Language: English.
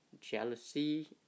jealousy